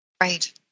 Right